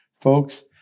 Folks